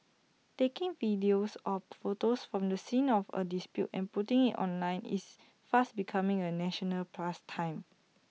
taking videos or photos from the scene of A dispute and putting IT online is fast becoming A national pastime